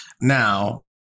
Now